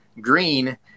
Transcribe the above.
Green